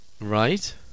Right